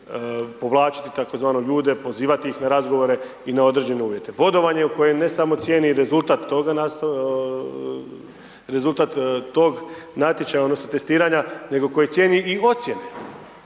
povlačiti tzv. ljude, pozivati ih na razgovore i na određene uvjete. Bodovanje koje je ne samo cijeni i rezultat tog natječaja odnosno testiranja nego cijeni i ocjene,